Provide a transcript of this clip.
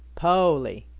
po'ly.